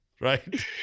right